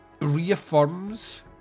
reaffirms